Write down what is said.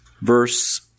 verse